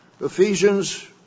Ephesians